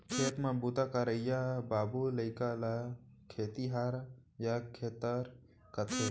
खेत म बूता करइया बाबू लइका ल खेतिहार या खेतर कथें